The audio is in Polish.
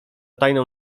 tajną